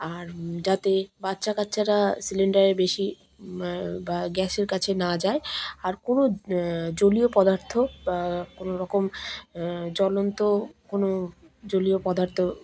আর যাতে বাচ্চা কাচ্চারা সিলিন্ডারে বেশি বা গ্যাসের কাছে না যায় আর কোনো জলীয় পদার্থ বা কোনোরকম জ্বলন্ত কোনো জলীয় পদার্থ